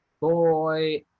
boy